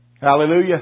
Hallelujah